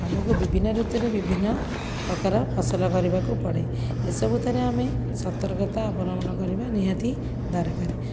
ଆମକୁ ବିଭିନ୍ନ ଋତୁରେ ବିଭିନ୍ନପ୍ରକାର ଫସଲ କରିବାକୁ ପଡ଼େ ଏସବୁଥିରେ ଆମେ ସତର୍କତା ଅବଲମ୍ବନ କରିବା ନିହାତି ଦରକାର